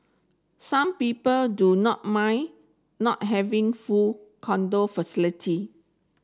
some people do not mind not having full condo facility